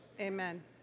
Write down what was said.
Amen